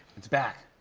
it's back.